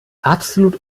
absolut